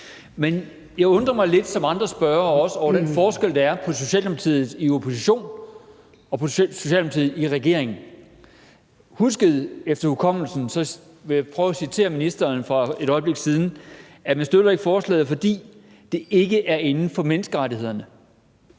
Men jeg undrer mig som andre spørgere lidt over den forskel, der er på Socialdemokratiet i opposition og på Socialdemokratiet i regering. Jeg vil efter hukommelsen prøve at citere, hvad ministeren sagde for et øjeblik siden, nemlig at man ikke støtter forslaget, fordi det ikke overholder menneskerettighederne.